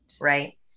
Right